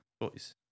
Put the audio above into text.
Boys